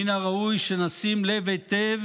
מן הראוי שנשים לב היטב